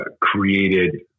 created